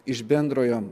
iš bendrojo